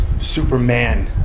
Superman